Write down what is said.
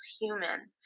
human